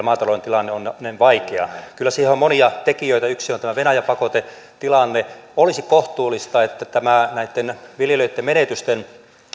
maatalouden tilanne on näin vaikea kyllä siihen on monia tekijöitä yksi on tämä venäjä pakotetilanne olisi kohtuullista että tähän näitten viljelijöitten menetysten